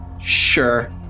Sure